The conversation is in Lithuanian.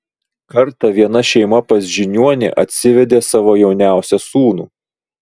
kartą viena šeima pas žiniuonį atsivedė savo jauniausią sūnų